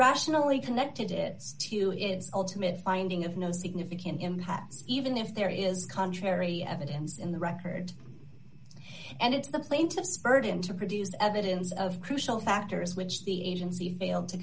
rationally connected it to is ultimate finding of no significant impact even if there is contrary evidence in the record and it's the plaintiff's burden to produce evidence of crucial factors which the agency failed to